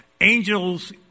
Angels